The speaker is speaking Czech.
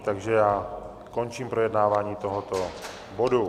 Takže končím projednávání tohoto bodu.